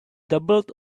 doubled